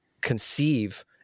conceive